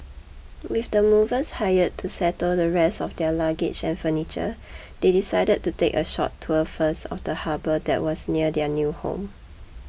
with the movers hired to settle the rest of their luggage and furniture they decided to take a short tour first of the harbour that was near their new home